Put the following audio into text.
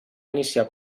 iniciar